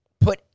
put